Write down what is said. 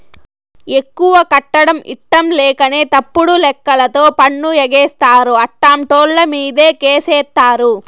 ఎక్కువ కట్టడం ఇట్టంలేకనే తప్పుడు లెక్కలతో పన్ను ఎగేస్తారు, అట్టాంటోళ్ళమీదే కేసేత్తారు